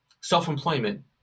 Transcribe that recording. self-employment